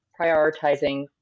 prioritizing